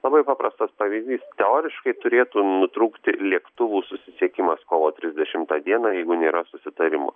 labai paprastas pavyzdys teoriškai turėtų nutrūkti lėktuvų susisiekimas kovo trisdešimtą dieną jeigu nėra susitarimo